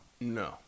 no